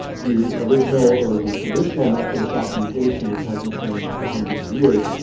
the original, or the traditional method of documentation, which hasn't changed for hundreds of years,